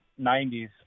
90s